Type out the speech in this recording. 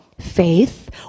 Faith